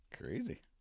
crazy